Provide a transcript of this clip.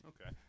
okay